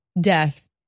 death